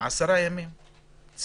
ניתן עשרה ימי צינון.